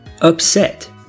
Upset